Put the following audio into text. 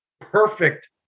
perfect